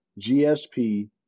GSP